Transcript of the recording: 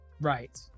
Right